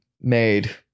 Made